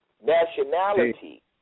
Nationality